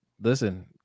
listen